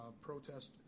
protest